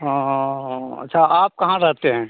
हाँ अच्छा आप कहाँ रहते हैं